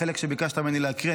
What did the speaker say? החלק שביקשת ממני להקריא,